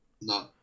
No